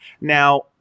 Now